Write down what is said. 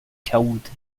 killed